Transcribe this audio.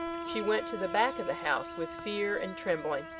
she went to the back of the house with fear and trembling.